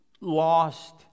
lost